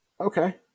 Okay